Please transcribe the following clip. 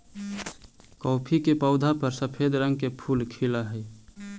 coffee के पौधा पर सफेद रंग के फूल खिलऽ हई